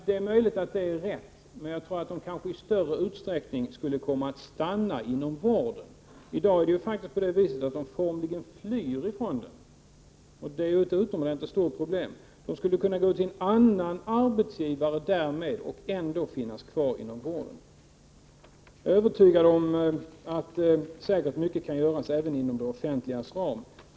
Det är möjligt att det är rätt, men jag tror att personalen i större utsträckning skulle komma att stanna inom vården. I dag är det faktiskt så, att personal formligen flyr från den, och det är ett utomordentligt stort problem. Man skulle kunna gå till en annan arbetsgivare och ändå finnas kvar inom vården. Jag är övertygad om att mycket kan göras även inom det offentligas ram.